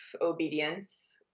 obedience